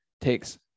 takes